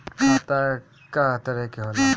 खाता क तरह के होला?